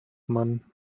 mann